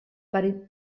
per